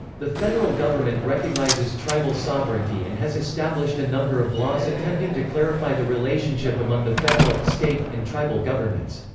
the federal government recognizes tribal sovereignty and has established a number of laws attempting to clarify the relationship among the federal, state, and tribal governments.